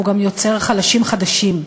והוא גם יוצר חלשים חדשים,